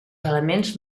elements